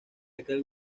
aquel